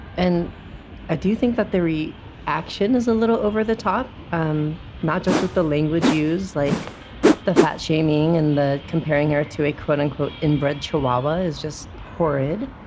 and i do think that the re action is a little over the top. um not just with the language used, like the fat shaming and the comparing her to a quote unquote inbred chihuahua is just horrid.